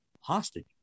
hostage